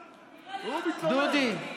דודי,